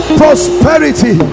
prosperity